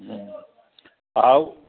आउ